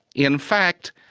in fact,